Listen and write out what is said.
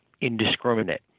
indiscriminate